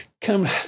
come